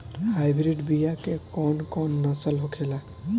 Hybrid बीया के कौन कौन नस्ल होखेला?